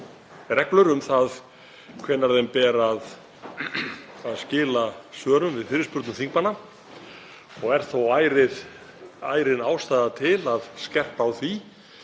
reglur um það hvenær þeim ber að skila svörum við fyrirspurnum þingmanna og er þó ærin ástæða til að skerpa á því.